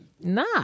nah